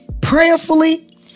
prayerfully